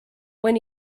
when